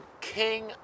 king